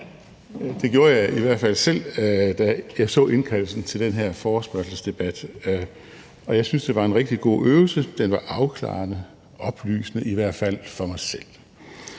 Det gjorde jeg i hvert fald selv, da jeg så indkaldelsen til den her forespørgselsdebat, og jeg syntes, det var en rigtig god øvelse. Den var afklarende, oplysende, i hvert fald for mig selv.